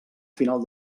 final